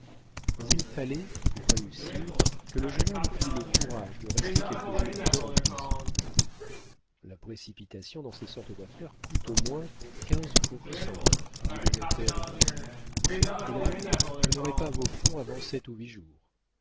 mais il fallait pour réussir que le jeune homme eût le courage de rester quelques jours encore en prison la précipitation dans ces sortes d'affaires coûte au moins quinze pour cent dit le notaire au docteur et d'abord vous n'aurez pas vos fonds avant sept ou huit jours